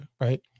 right